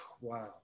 wow